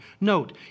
Note